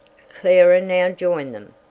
clara now joined them,